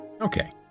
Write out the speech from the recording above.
Okay